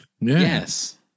Yes